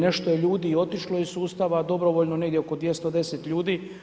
Nešto je ljudi i otišlo iz sustava dobrovoljno, negdje oko 210 ljudi.